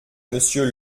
monsieur